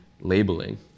labeling